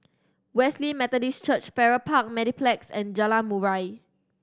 Wesley Methodist Church Farrer Park Mediplex and Jalan Murai